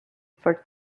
for